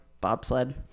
bobsled